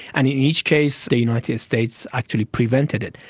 and in each cases, the united states actually prevented it,